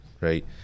Right